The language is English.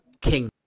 King